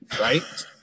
right